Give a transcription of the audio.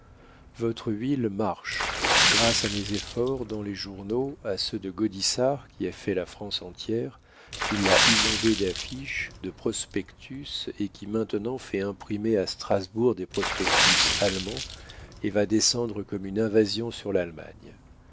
votre huile marche grâce à mes efforts dans les journaux à ceux de gaudissart qui a fait la france entière qui l'a inondée d'affiches de prospectus et qui maintenant fait imprimer à strasbourg des prospectus allemands et va descendre comme une invasion sur l'allemagne